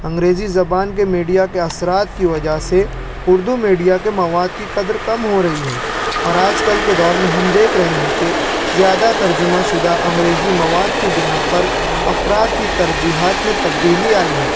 انگریزی زبان کے میڈیا کے اثرات کی وجہ سے اردو میڈیا کے مواد کی قدر کم ہو رہی ہے اور آج کل کے دور میں ہم دیکھ رہے ہیں کہ زیادہ ترجمہ شدہ انگریزی مواد کی بنا پر افراد کی ترجیحات میں تبدیلی آئی ہے